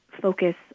focus